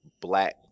black